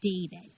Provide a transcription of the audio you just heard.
David